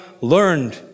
learned